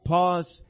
Pause